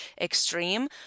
extreme